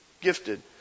Gifted